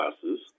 classes